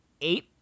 eight